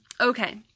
Okay